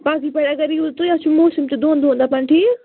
پگہٕے پٮ۪ٹھ اگر یِیِو تہٕ یَتھ چھُ موسم تہٕ دوٚن دۄہن دَپان ٹھیٖک